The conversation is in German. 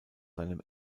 seinem